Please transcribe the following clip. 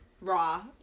raw